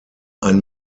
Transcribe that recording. ein